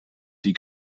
die